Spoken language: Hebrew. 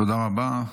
תודה רבה.